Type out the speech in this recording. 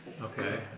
Okay